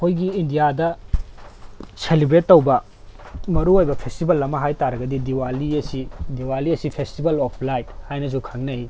ꯑꯩꯈꯣꯏꯒꯤ ꯏꯟꯗꯤꯌꯥꯗ ꯁꯦꯂꯦꯕ꯭ꯔꯦꯠ ꯇꯧꯕ ꯃꯔꯨ ꯑꯣꯏꯕ ꯐꯦꯁꯇꯤꯚꯦꯜ ꯑꯃ ꯍꯥꯏꯇꯥꯔꯒꯗꯤ ꯗꯤꯋꯥꯂꯤ ꯑꯁꯤ ꯗꯤꯋꯥꯂꯤ ꯑꯁꯤ ꯐꯦꯁꯇꯤꯚꯦꯜ ꯑꯣꯐ ꯂꯥꯏꯠ ꯍꯥꯏꯅꯁꯨ ꯈꯪꯅꯩ